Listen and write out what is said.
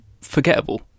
forgettable